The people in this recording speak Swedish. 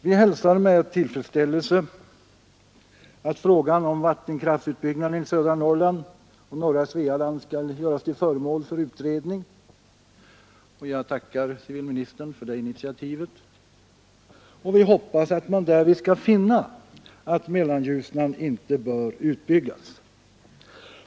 Vi häls ällelse att frågan om vattenkraftsutbyggnaden i södra Norrland och norra Svealand skall göras till föremål för utredning, och jag tackar civilministern för det initiativet. Vi hoppas att man därvid skall finna att Mellanljusnan inte bör utbyggas.